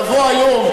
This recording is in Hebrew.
לבוא היום,